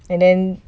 and then